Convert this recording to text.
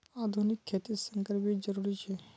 आधुनिक खेतित संकर बीज जरुरी छे